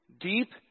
deep